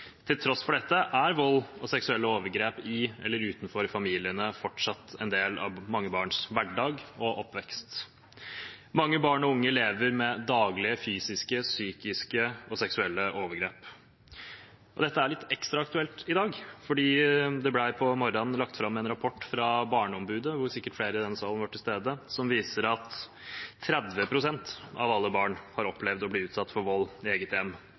Til tross for dette er vold og seksuelle overgrep i eller utenfor familien fortsatt en del av mange barns hverdag og oppvekst. Mange barn og unge lever med daglige fysiske, psykiske og seksuelle overgrep. Dette er litt ekstra aktuelt i dag, for det ble på morgenen i dag lagt fram en rapport fra Barneombudet, hvor sikkert flere i denne salen var til stede, som viser at 30 pst. av alle barn har opplevd å bli utsatt for vold i eget hjem.